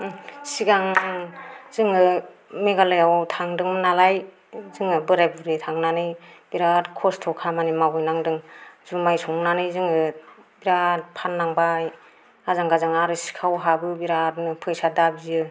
सिगां जोङो मेघालयाव थांदों नालाय जोङो बोराय बुरै थांनानै बिरात खस्थ' खामानि मावहैनांदों जुमाय संनानै जों बिरात फाननांबाय आजां गाजां आरो सिखाव हाबो बिरातनो फैसा दाबियो